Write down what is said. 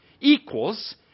equals